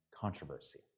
controversy